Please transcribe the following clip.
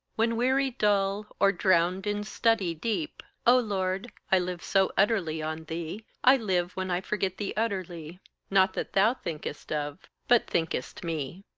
when weary-dull, or drowned in study deep o lord, i live so utterly on thee, i live when i forget thee utterly not that thou thinkest of, but thinkest me.